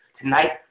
Tonight